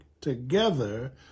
together